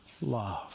love